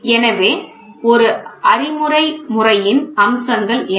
எனவே ஒரு அறிமுறை முறையின் அம்சங்கள் என்ன